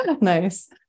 nice